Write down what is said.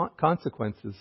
consequences